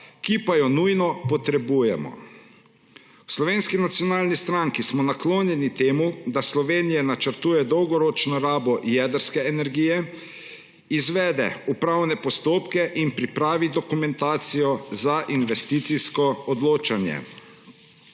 ki pa jo nujno potrebujemo. V Slovenski nacionalni stranki smo naklonjeni temu, da Slovenija načrtuje dolgoročno rabo jedrske energije, izvede upravne postopke in pripravi dokumentacijo za investicijsko odločanje.